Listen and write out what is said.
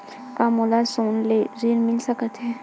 का मोला सोना ले ऋण मिल सकथे?